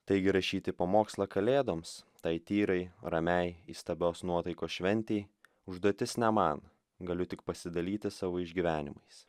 taigi rašyti pamokslą kalėdoms tai tyrai ramiai įstabios nuotaikos šventei užduotis ne man galiu tik pasidalyti savo išgyvenimais